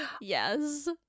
Yes